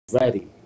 ready